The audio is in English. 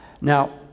Now